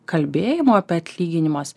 kalbėjimo apie atlyginimus